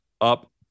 up